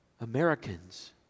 Americans